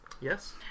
Yes